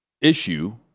issue